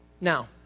Now